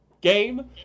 game